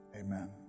Amen